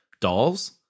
dolls